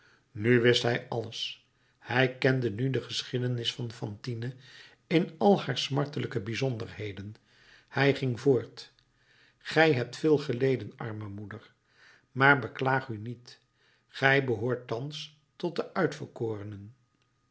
nu wist hij alles hij kende nu de geschiedenis van fantine in al haar smartelijke bijzonderheden hij ging voort gij hebt veel geleden arme moeder maar beklaag u niet gij behoort thans tot de uitverkorenen